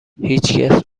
هیچکس